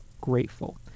grateful